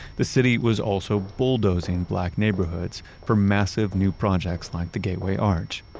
the city was also bulldozing black neighborhoods for massive new projects like the gateway arch.